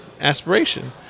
aspiration